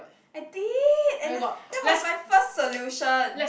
I did and then that was my first solution